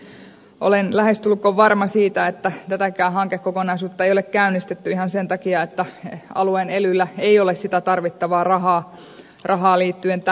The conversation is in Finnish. olen lähestulkoon varma siitä että tätäkään hankekokonaisuutta ei ole käynnistetty ihan sen takia että alueen elyllä ei ole sitä tarvittavaa rahaa liittyen tähän prosessiin